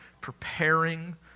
Preparing